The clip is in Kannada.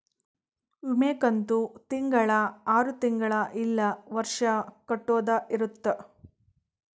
ವಿಮೆ ಕಂತು ತಿಂಗಳ ಆರು ತಿಂಗಳ ಇಲ್ಲ ವರ್ಷ ಕಟ್ಟೋದ ಇರುತ್ತ